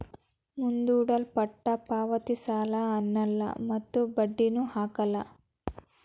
ಮುಂದೂಡಲ್ಪಟ್ಟ ಪಾವತಿ ಸಾಲ ಅನ್ನಲ್ಲ ಮತ್ತು ಬಡ್ಡಿನು ಹಾಕಲ್ಲ